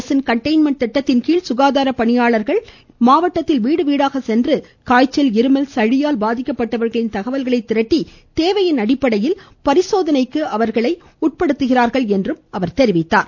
அரசின் கண்டெய்ன்மென்ட் திட்டத்தின்கீழ் சுகாதார பணியாளர்கள் வீடுவீடாக சென்று காய்ச்சல் இருமல் சளியால் பாதிக்கப்ப்டவர்களின் தகவல்களை திரட்டி தேவையின் அடிப்படையில் பரிசோதனைக்குட்படுத்தப்படுவார்கள் என்றார்